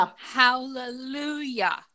hallelujah